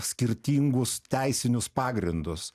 skirtingus teisinius pagrindus